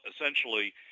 essentially